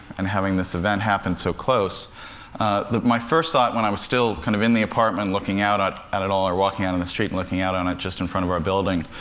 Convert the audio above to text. and having this event happen so close that my first thought, when i was still kind of in the apartment looking out at at it all or walking out on the street and looking out on it just in front of our building,